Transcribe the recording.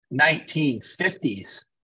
1950s